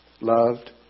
loved